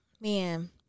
Man